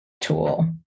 tool